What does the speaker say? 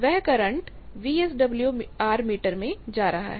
वह current VSWR meter में जा रहा है